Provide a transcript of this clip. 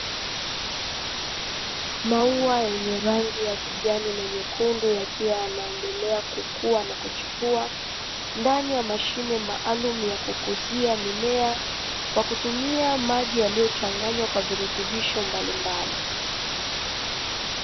Maua yenye rangi ya kijani na nyekundu, yakiwa yanaendelea kukua na kuchipua ndani ya mashine maalumu ya kukuzia mimea kwa kutumia maji yaliyochanganywa kwa virutubisho mbalimbali.